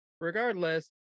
Regardless